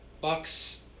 Bucks